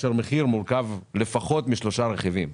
כאשר מחיר מורכב לפחות משלושה רכיבים: